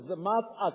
זה מס עקיף,